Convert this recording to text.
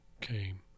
came